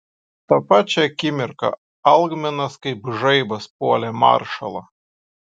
tą pačią akimirką algminas kaip žaibas puolė maršalą